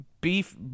beef